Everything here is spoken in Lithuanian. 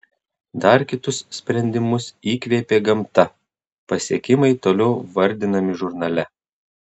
dar kitus sprendimus įkvėpė gamta pasiekimai toliau vardinami žurnale